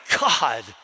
God